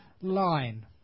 line